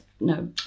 no